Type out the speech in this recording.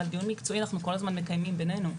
אבל דיון מקצועי אנחנו כל הזמן מקיימים בינינו.